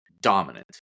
dominant